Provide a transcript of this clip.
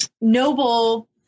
noble